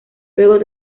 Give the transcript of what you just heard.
luego